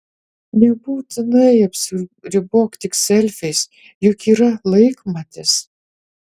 nebūtinai apsiribok tik selfiais juk yra laikmatis